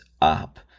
up